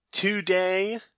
Today